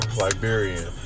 Liberian